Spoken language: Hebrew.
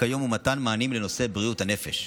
כיום הוא מתן מענים לנושא בריאות הנפש,